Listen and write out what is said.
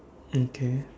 okay